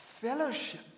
Fellowship